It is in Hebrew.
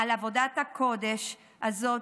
על עבודת הקודש הזאת,